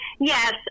Yes